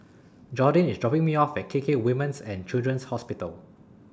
Jordyn IS dropping Me off At K K Women's and Children's Hospital